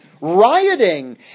rioting